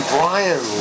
Brian